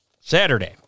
Saturday